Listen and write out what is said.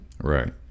right